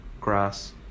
grass